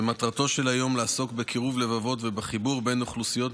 ומטרתו של היום לעסוק בקירוב לבבות ובחיבור בין אוכלוסיות,